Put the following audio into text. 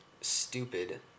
stupid